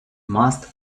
most